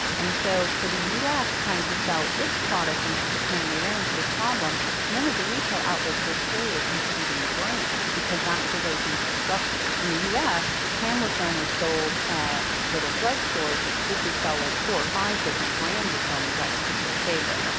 and so for the us trying to sell its product into japan, they ran into this problem none of the retail outlets will carry a competing brand because that's the way things were structured. in the us, camera film was sold at little drugstores which would sell like four or five different brands of film and you got to pick your favourite.